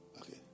Okay